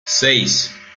seis